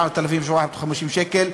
4,750 שקל,